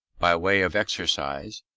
by way of exercise,